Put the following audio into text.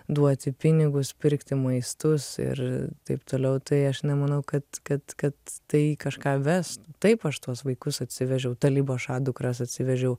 duoti pinigus pirkti maistus ir taip toliau tai aš nemanau kad kad kad tai kažką ves taip aš tuos vaikus atsivežiau taliboša dukras atsivežiau